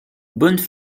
bonne